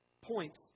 points